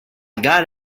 got